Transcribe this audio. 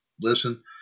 listen